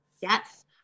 Yes